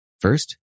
First